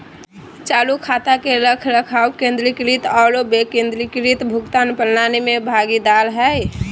चालू खाता के रखरखाव केंद्रीकृत आरो विकेंद्रीकृत भुगतान प्रणाली में भागीदार हइ